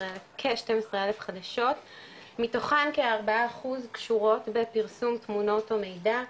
כ-12,000 חדשות מתוכן כ-4 אחוז קשורות בפרסום תמונות או מידע,